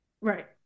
Right